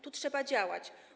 Tu trzeba działać.